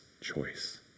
choice